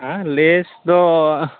ᱦᱮᱸ ᱞᱮᱥ ᱫᱚ